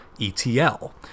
ETL